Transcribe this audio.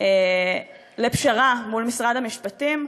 לפשרה מול משרד המשפטים,